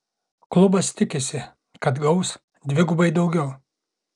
klubas tikisi kad gaus dvigubai daugiau